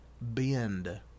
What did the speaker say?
bend